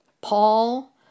Paul